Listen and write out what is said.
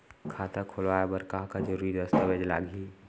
खाता खोलवाय बर का का जरूरी दस्तावेज लागही?